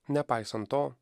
nepaisant to